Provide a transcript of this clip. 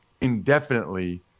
indefinitely